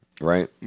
right